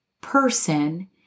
person